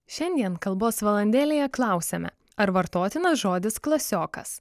šiandien kalbos valandėleje klausiame ar vartotinas žodis klasiokas